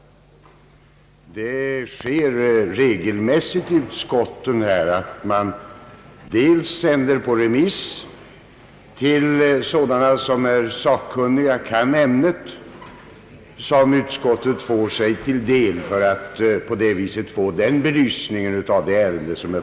Utskotten sänder regelmässigt frågor på remiss till olika sakkunniga för att på det sättet få belysning av ärendena.